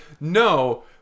no